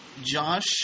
Josh